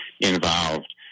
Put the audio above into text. involved